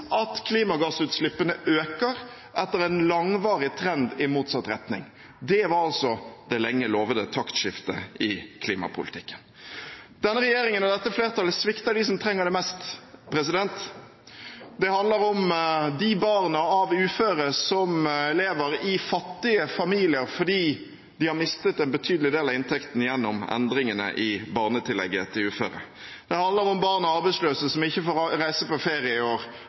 at klimagassutslippene øker, at det er en langvarig trend i motsatt retning. Det var altså det lenge lovede taktskiftet i klimapolitikken. Denne regjeringen og dette flertallet svikter dem som trenger det mest. Det handler om de barna av uføre som lever i fattige familier fordi de har mistet en betydelig del av inntekten gjennom endringene i barnetillegget til uføre. Det handler om barn av arbeidsløse som ikke får reise på ferie i år,